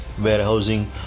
warehousing